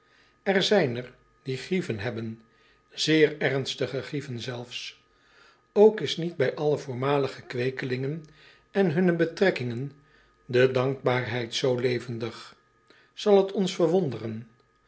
er zijn er die grieven hebben zeer ernstige grieven zelfs ook is niet bij alle voormalige kweekelingen en hunne betrekkingen de dankbaarheid zoo levendig zal het ons verwonderen